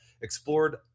explored